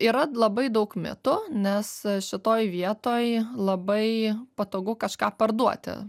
yra labai daug mitų nes šitoj vietoj labai patogu kažką parduoti